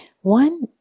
one